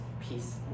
peace